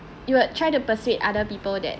you will try to persuade other people that